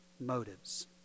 motives